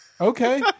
Okay